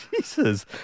Jesus